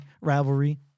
rivalry